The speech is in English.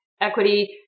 equity